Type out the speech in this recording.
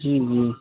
जी जी